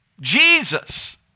Jesus